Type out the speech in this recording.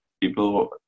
people